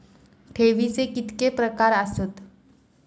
ठेवीचे कितके प्रकार आसत?